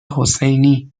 حسینی